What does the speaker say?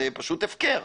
זה פשוט הפקר.